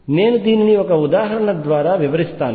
నేను దీనిని ఒక ఉదాహరణ ద్వారా వివరిస్తాను